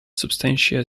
substantia